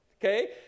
Okay